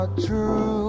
True